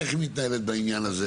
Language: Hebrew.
איך היא מתנהלת בעניין הזה.